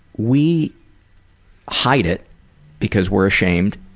we hide it because we're ashamed.